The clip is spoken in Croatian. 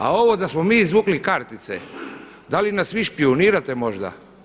A ovo da smo mi izvukli kartice, da li nas vi špijunirate možda?